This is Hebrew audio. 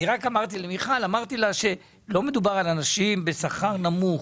רק אמרתי למיכל שלא מדובר באנשים שמשתכרים שכר נמוך,